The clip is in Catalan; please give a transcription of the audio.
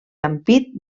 ampit